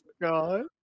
god